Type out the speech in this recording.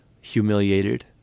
humiliated